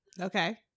Okay